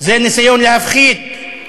זה ניסיון להפחיד,